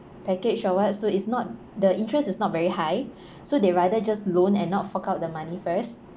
package or what so it's not the interest is not very high so they rather just loan and not fork out the money first